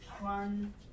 One